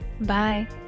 Bye